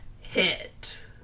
hit